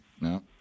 No